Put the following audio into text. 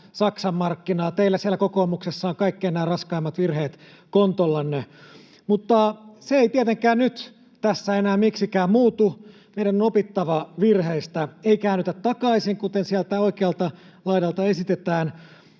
Saksan markkinaa. Teillä siellä kokoomuksessa on kaikki nämä raskaimmat virheet kontollanne. Mutta se ei tietenkään nyt tässä enää miksikään muutu, ja meidän on opittava virheistä. Ei käännytä takaisin, kuten sieltä oikealta laidalta esitetään,